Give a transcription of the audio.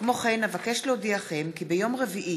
עמר בר-לב,